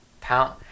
pound